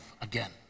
again